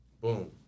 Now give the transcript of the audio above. Boom